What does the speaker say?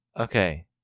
Okay